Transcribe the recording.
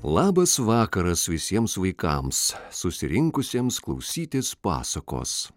labas vakaras visiems vaikams susirinkusiems klausytis pasakos